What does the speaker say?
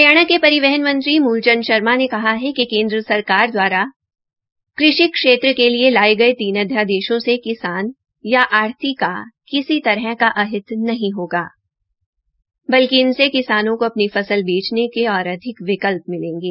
हरियाणा के परिवहन मंत्री मूलचन्द शर्मा ने कहा कि केन्द्र सरकार द्वारा कृषि क्षेत्र के लिए लाए गए तीन अध्यादेशों से किसान या आढ़ती का किसी तरह का अहित नहीं होगा बल्कि इनसे किसानों को अपनी फसल बेचने के और अधिक विकल्प मिलेंगे